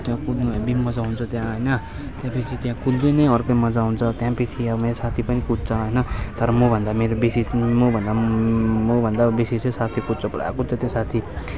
त्यहाँ कुद्नु हेभी मज्जा आउँछ त्यहाँ होइन त्यहाँदेखि त्यहाँ कुद्नु नै अर्कै मज्जा आउँछ त्यसपछि अब मेरो साथी पनि कुद्छ होइन तर मभन्दा मेरो बेसी मभन्दा मभन्दा बेसी चाहिँ साथी कुद्छ पुरा कुद्छ त्यो साथी